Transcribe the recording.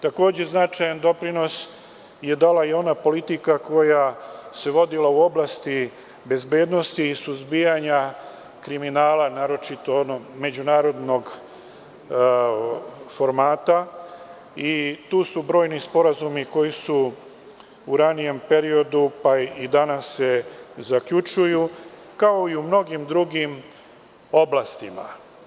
Takođe značajan doprinos je ona politika koja se vodila u oblasti bezbednosti i suzbijanja kriminala, naročito onog međunarodnog formata i tu su brojni sporazumi koji su u ranijem periodu, pa i danas se zaključuju, kao i u mnogim drugim oblastima.